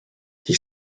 die